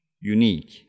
unique